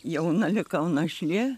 jauna likau našlė